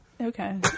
Okay